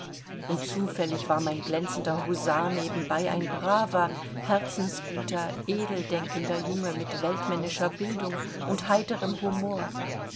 und zufällig war mein glänzender husar nebenbei ein braver herzensguter edeldenkender junge mit weltmännischer bildung und heiterem humor